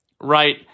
right